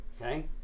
okay